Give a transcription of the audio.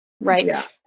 right